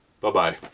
Bye-bye